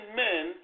men